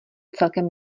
celkem